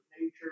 nature